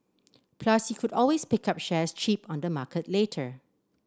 plus he could always pick up shares cheap on the market later